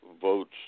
votes